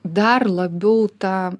dar labiau ta